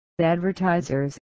advertisers